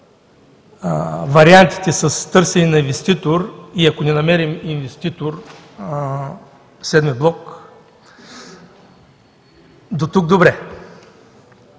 вариантите с търсене на инвеститор. И ако не намерим инвеститор – Седми блок? До тук – добре,